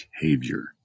behavior